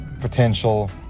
potential